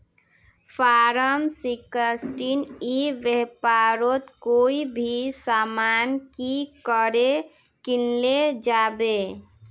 Form sixteen ई व्यापारोत कोई भी सामान की करे किनले जाबे?